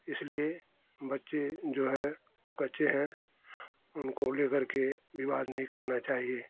इसलिए बच्चे जो है कच्चे हैं उनको ले करके विवाद नहीं करना चाहिए